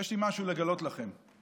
יש לי משהו לגלות לכם,